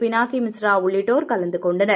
பினாக்கி மிஸ்ரா உள்ளிட்டோர் கலந்து கொண்டனர்